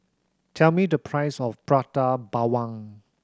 tell me the price of Prata Bawang